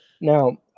Now